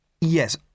Yes